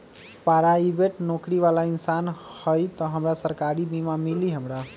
Private नौकरी बाला इंसान हई त हमरा सरकारी बीमा मिली हमरा?